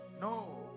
No